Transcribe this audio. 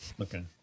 Okay